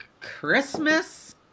Christmas